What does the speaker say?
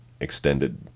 extended